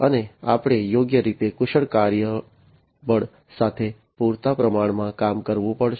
અને આપણે યોગ્ય રીતે કુશળ કાર્યબળ સાથે પૂરતા પ્રમાણમાં કામ કરવું પડશે